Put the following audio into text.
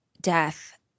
death